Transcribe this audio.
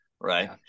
right